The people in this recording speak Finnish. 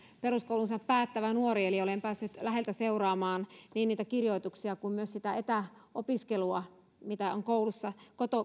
peruskoulunsa päättävä nuori eli olen päässyt läheltä seuraamaan niin kirjoituksia kuin sitä etäopiskelua mitä on koulussa